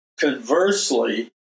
Conversely